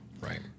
Right